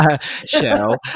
show